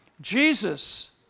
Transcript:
Jesus